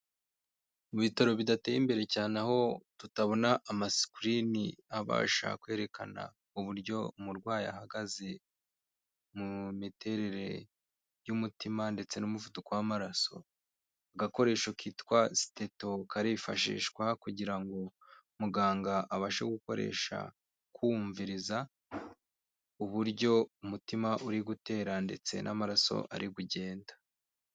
Mu bitaro bidateye imbere cyane aho tutabona ama sikirini abasha kwerekana uburyo umurwayi ahagaze mu miterere y'umutima ndetse n'umuvuduko w'amaraso agakoresho kitwa steto karifashishwa kugira ngo muganga abashe gukoresha kumviriza uburyo umutima uri gutera ndetse n'amaraso ari kugenda.